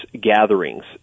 gatherings